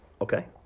Okay